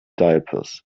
diapers